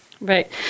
Right